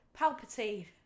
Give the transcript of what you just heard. Palpatine